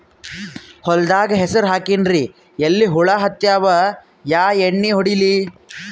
ಹೊಲದಾಗ ಹೆಸರ ಹಾಕಿನ್ರಿ, ಎಲಿ ಹುಳ ಹತ್ಯಾವ, ಯಾ ಎಣ್ಣೀ ಹೊಡಿಲಿ?